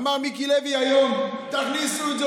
אמר מיקי לוי היום: תכניסו את זה.